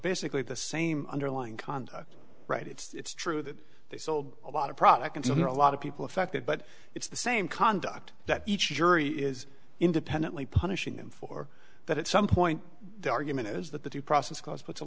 basically the same underlying conduct right it's true that they sold a lot of product and so there are a lot of people affected but it's the same conduct that each jury is independently punishing him for that at some point the argument is that the due process clause puts a